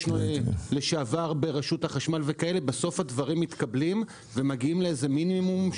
לשעבר ברשות החשמל הדברים מתקבלים בסוף ומגיעים לאיזה מינימום.